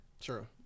True